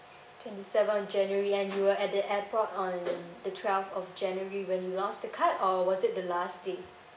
twenty seventh of january and you were at the airport on the twelfth of january when you lost the card or was it the last date